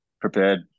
prepared